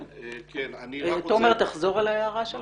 כן, אני רק רוצה --- תומר, תחזור על ההערה שלך.